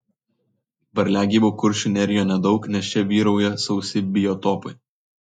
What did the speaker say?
varliagyvių kuršių nerijoje nedaug nes čia vyrauja sausi biotopai